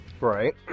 Right